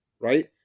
Right